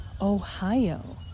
Ohio